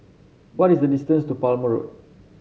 what is the distance to Palmer Road